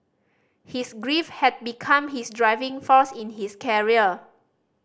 his grief had become his driving force in his carrier